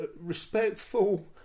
respectful